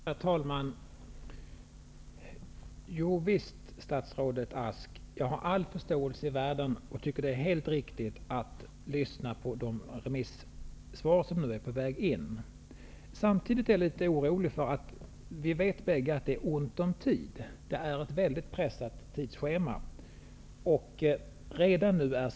Herr talman! Jovisst, statsrådet Ask! Jag har all förståelse i världen för att man först bör lyssna på de remissvar som är på väg, något jag tycker är helt riktigt. Men jag är samtidigt litet orolig över att det är ont om tid, och det vet vi bägge. Tidsschemat är väldigt pressat.